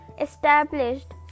established